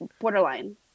Borderline